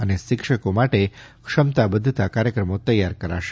અને શિક્ષકો માટે ક્ષમતા બધ્ધતા કાર્યક્રમો તૈયાર કરશે